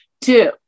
two